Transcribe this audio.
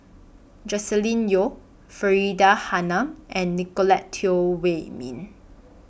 Joscelin Yeo Faridah Hanum and Nicolette Teo Wei Min